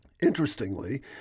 Interestingly